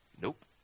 Nope